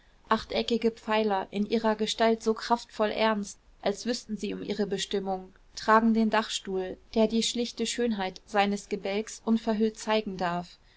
achteckige pfeiler in ihrer gestalt so kraftvoll ernst als wüßten sie um ihre bestimmung tragen den dachstuhl der die schlichte schönheit seines gebälks unverhüllt zeigen darf